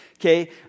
Okay